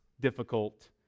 difficult